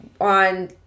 on